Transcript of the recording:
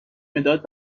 مداد